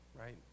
Right